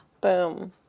Boom